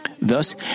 Thus